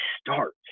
start